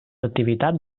activitats